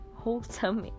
wholesome